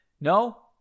No